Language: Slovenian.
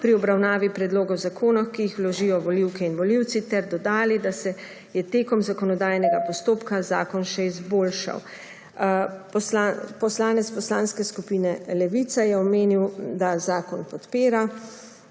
pri obravnavi predlogov zakonov, ki jih vložijo volivke in volivci, ter dodali, da se je tekom zakonodajnega postopka zakon še izboljšal. Poslanec Poslanske skupine Levica je omenil, da zakon podpira,